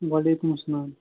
وعلیکُم اسلام